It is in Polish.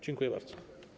Dziękuję bardzo.